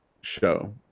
show